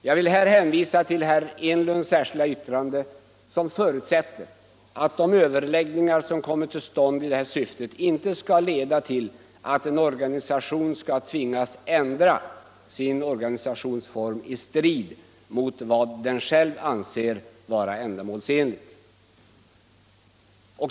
Jag vill hänvisa till herr Enlunds särskilda yttrande, som förutsätter att de överläggningar som kommer till stånd i detta syfte inte skall leda till att en organisation tvingas ändra sin organisationsform i strid mot vad den själv anser vara ändamålsenligt.